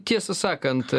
tiesą sakant